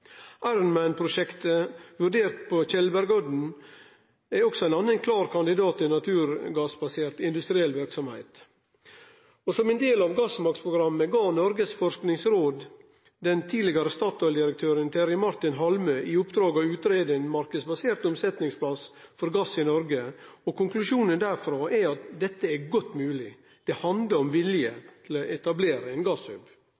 Ironman-prosjektet vurdert på Tjeldbergodden er også ein annan klar kandidat til naturgassbasert industriell verksemd. Som ein del av Gassmaks-programmet gav Noregs forskingsråd den tidlegare Statoil-direktøren Terje Martin Halmø i oppdrag å utgreie ein marknadsbasert omsetningsplass for gass i Noreg. Konklusjonen derfrå er at dette er godt mogleg, det handlar om vilje